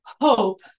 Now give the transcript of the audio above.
hope